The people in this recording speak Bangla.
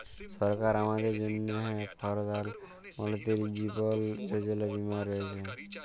সরকার আমাদের জ্যনহে পরধাল মলতিরি জীবল যোজলা বীমা রাখ্যেছে